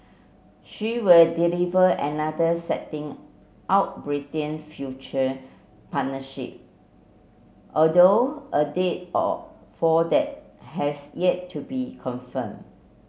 she will deliver another setting out Britain future partnership although a date or for that has yet to be confirmed